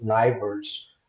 neighbors